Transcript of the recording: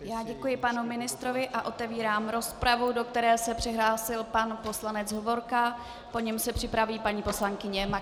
Já děkuji panu ministrovi a otevírám rozpravu, do které se přihlásil pan poslanec Hovorka, po něm se připraví paní poslankyně Maxová.